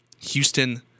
Houston